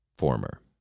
Former